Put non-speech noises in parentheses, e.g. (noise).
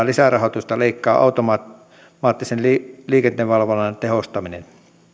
(unintelligible) lisärahoitusta leikkaa automaattisen liikenteenvalvonnan tehostaminen